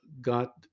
got